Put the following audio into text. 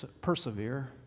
persevere